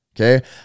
Okay